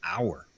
hour